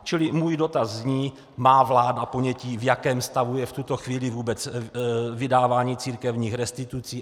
Čili můj dotaz zní: Má vláda ponětí, v jakém stavu je v tuto chvíli vůbec vydávání církevních restitucí?